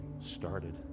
started